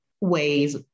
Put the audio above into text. ways